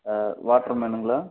வாட்டர்மேனுங்களா